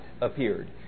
appeared